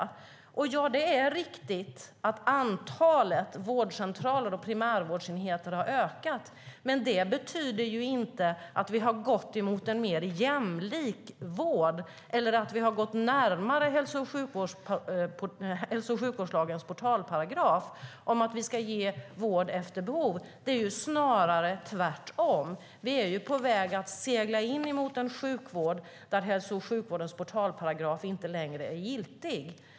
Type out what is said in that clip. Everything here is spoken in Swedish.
Det är riktigt att antalet vårdcentraler och primärvårdsenheter har ökat, men det betyder inte att vi har gått mot en mer jämlik vård eller att vi har kommit närmare hälso och sjukvårdslagens portalparagraf om att vi ska ge vård efter behov. Det är snarare tvärtom. Vi är på väg att segla in mot en sjukvård där hälso och sjukvårdens portalparagraf inte längre är giltig.